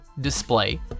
display